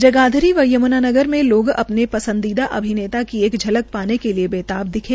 जगाधरी व यम्नानगर में लोग अ ने सदीदा अभिनेता की एक झलक शाने के बेताब दिखे